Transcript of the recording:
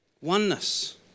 Oneness